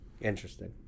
Interesting